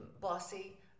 bossy